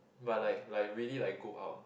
but like like really like go out